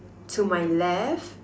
to my left